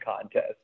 contest